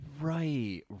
Right